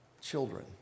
children